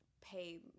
pay